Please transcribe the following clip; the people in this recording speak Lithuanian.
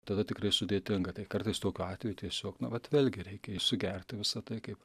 tada tikrai sudėtinga tai kartais tokiu atveju tiesiog nu vat vėlgi reikia i sugerti visa tai kaip